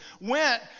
went